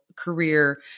career